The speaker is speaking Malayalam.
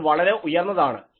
അത് വളരെ ഉയർന്നതാണ്